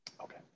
Okay